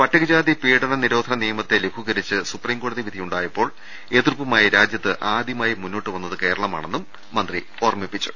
പട്ടികജാതി പീഡന നിരോധന നിയമത്തെ ലഘൂകരിച്ച് സുപ്രീംകോടതി വിധി വന്നപ്പോൾ എതിർപ്പുമായി രാജ്യത്ത് ആദ്യമായി മുന്നോട്ട് വന്നത് കേരളമാമെന്നും മന്ത്രി പറഞ്ഞു